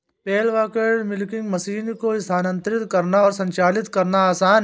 पेल bucket milking machine को स्थानांतरित करना और संचालित करना आसान है